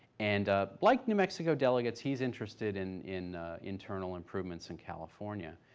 and like new mexico delegates, he's interested in in internal improvements in california.